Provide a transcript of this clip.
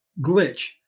glitch